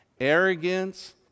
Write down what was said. Arrogance